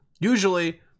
Usually